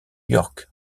york